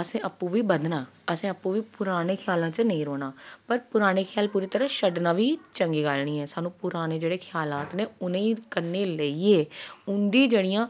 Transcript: असें आपूं बी बधना असें आपूं बी पराने ख्यालें च नेईं रौह्नां पर पुराने ख्याल पूरी तरहां छड्डना बी चंगी गल्ल निं ऐ सानूं पुराने जेह्ड़े ख्यालात न उ'नें ई कन्नै लेइयै उंदी जेह्ड़ियां